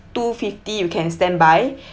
two fifty you can standby